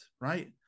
Right